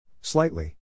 Slightly